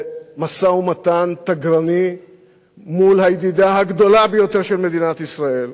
ובמשא-ומתן תגרני מול הידידה הגדולה ביותר של מדינת ישראל,